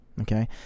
Okay